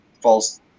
false